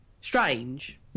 strange